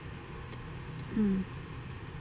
mm